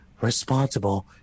responsible